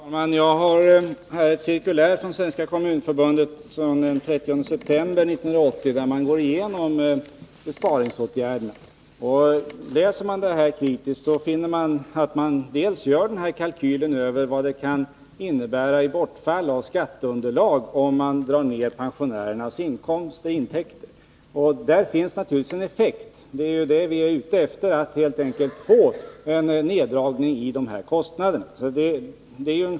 Herr talman! Jag har här ett cirkulär från Svenska kommunförbundet från den 30 september 1980, där man går igenom besparingsåtgärderna. Man gör bl.a. en kalkyl över vad en neddragning av pensionernas intäkter kan innebära i bortfall av skatteunderlag. Där finns naturligtvis en effekt. Vad vi är ute efter är ju att helt enkelt få en neddragning av dessa kostnader.